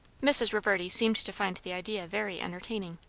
mrs. reverdy seemed to find the idea very entertaining.